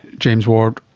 james ward,